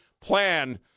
plan